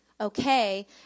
okay